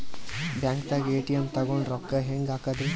ಬ್ಯಾಂಕ್ದಾಗ ಎ.ಟಿ.ಎಂ ತಗೊಂಡ್ ರೊಕ್ಕ ಹೆಂಗ್ ಹಾಕದ್ರಿ?